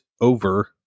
over